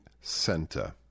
Center